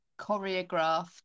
choreographed